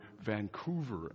Vancouver